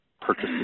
purchase